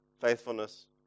faithfulness